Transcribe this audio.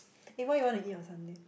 eh what you wanna eat on Sunday